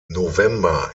november